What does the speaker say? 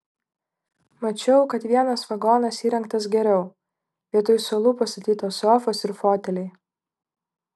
mačiau kad vienas vagonas įrengtas geriau vietoj suolų pastatytos sofos ir foteliai